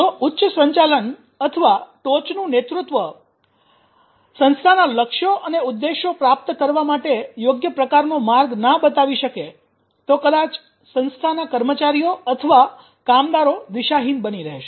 જો ઉચ્ચ સંચાલન અથવા ટોચનું નેતૃત્વ આગેવાનો સંસ્થાના લક્ષ્યો અને ઉદ્દેશો પ્રાપ્ત કરવા માટે યોગ્ય પ્રકારનો માર્ગ ના બતાવી શકે તો કદાચ સંસ્થાના કર્મચારીઓ અથવા કામદારો દિશાહીન બની રહેશે